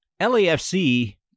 LAFC